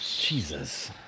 Jesus